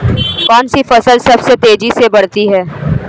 कौनसी फसल सबसे तेज़ी से बढ़ती है?